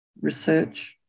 research